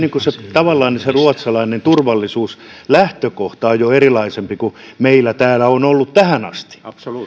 tavallaan se ruotsalainen turvallisuuslähtökohta on jo erilaisempi kuin meillä täällä on ollut tähän asti